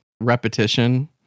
repetition